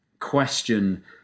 question